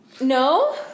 No